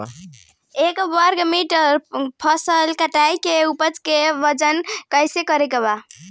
एक वर्ग मीटर फसल कटाई के उपज के वजन कैसे करे के बा?